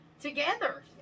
together